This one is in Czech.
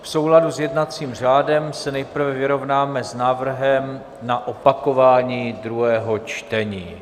V souladu s jednacím řádem se nejprve vyrovnáme s návrhem na opakování druhého čtení.